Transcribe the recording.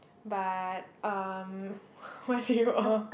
but um why did you uh